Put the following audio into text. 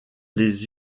les